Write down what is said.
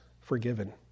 forgiven